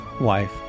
wife